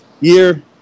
year